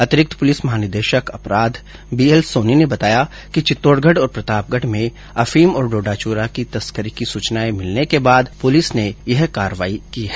अतिरिक्त पुलिस महानिदेशक अपराघ बीएल सोनी ने बताया कि वित्तौड़गढ़ और प्रतापगढ़ में अफीम और डोडा चूरा की तस्करी की सूचनायें मिलने के बाद पुलिस ने यह कार्रवाई की है